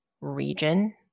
region